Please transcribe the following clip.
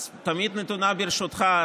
זה תמיד נתון לרשותך.